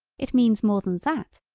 it means more than that,